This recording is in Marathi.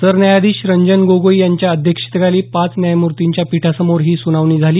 सरन्यायाधीश रंजन गोगोई यांच्या अध्यक्षतेखाली पाच न्यायमूर्तींच्या पीठासमोर ही सुनावणी झाली